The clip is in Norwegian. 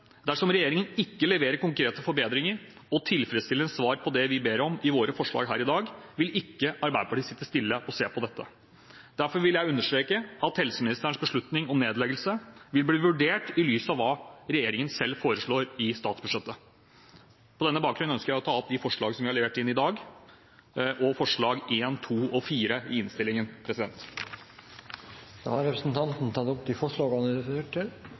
Dersom regjeringen ikke leverer konkrete forbedringer og tilfredsstillende svar på det vi ber om i våre forslag her i dag, vil ikke Arbeiderpartiet sitte stille og se på dette. Derfor vil jeg understreke at helseministerens beslutning om nedleggelse vil bli vurdert i lys av hva regjeringen selv foreslår i statsbudsjettet. På denne bakgrunn ønsker jeg å ta opp de forslagene vi har levert inn i dag, og forslagene nr. 1, 2 og 4 i innstillingen. Representanten Torgeir Micaelsen har tatt opp de forslagene han refererte til.